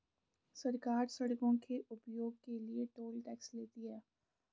सरकार सड़कों के उपयोग के लिए टोल टैक्स लेती है